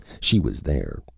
she was there,